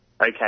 Okay